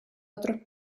otros